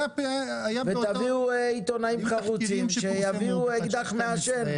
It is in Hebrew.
ותביאו עיתונאים חרוצים שיביאו אקדח מעשן.